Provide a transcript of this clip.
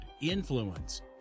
influence